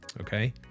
Okay